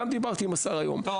אבל